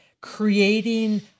creating